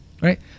Right